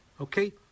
Okay